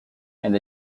and